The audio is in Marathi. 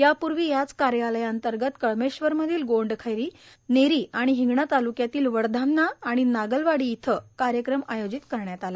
यापूर्वी याच कार्यालयाअंतर्गत कळमेश्वरमधील गोंडखैरी नेरी आणि हिंगणा तालुक्यातील वडधामना आणि नागलवाडी इथं योगाचं कार्यक्रम आयोजित करण्यात आला